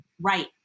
right